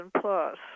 Plus